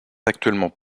actuellement